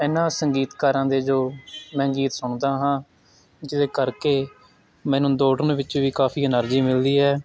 ਇਹਨਾਂ ਸੰਗੀਤਕਾਰਾਂ ਦੇ ਜੋ ਮੈਂ ਗੀਤ ਸੁਣਦਾ ਹਾਂ ਜਿਹਦੇ ਕਰਕੇ ਮੈਨੂੰ ਦੌੜਨ ਵਿੱਚ ਵੀ ਕਾਫੀ ਐਨਰਜੀ ਮਿਲਦੀ ਹੈ